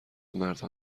مردها